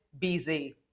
BZ